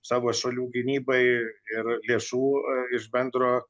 savo šalių gynybai ir lėšų iš bendro